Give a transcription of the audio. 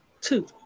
two